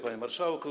Panie Marszałku!